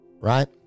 right